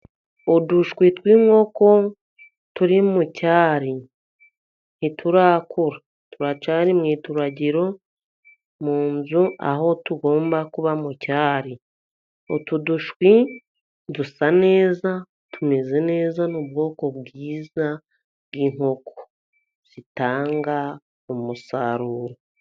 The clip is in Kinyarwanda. Udushwi tw'inkoko turi mu cyari, ntiturakura turacyari mu ituragiro mu nzu, aho tugomba kuba mu cyari. Utu dushwi dusa neza, tumeze neza, ni ubwoko bwiza bw'inkoko zitanga umusaruro.